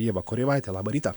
ieva koreivaitė labą rytą